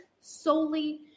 solely